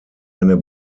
eine